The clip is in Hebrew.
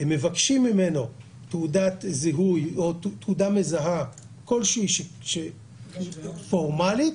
מבקשים ממנו תעודה מזהה כלשהי פורמלית